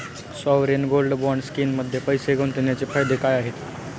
Sovereign gold bond स्कीममध्ये पैसे गुंतवण्याचे फायदे काय आहेत?